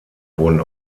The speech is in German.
wurden